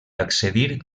accedir